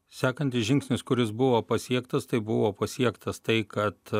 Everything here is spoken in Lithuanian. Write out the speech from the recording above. sekantis žingsnis kuris buvo pasiektas tai buvo pasiektas tai kad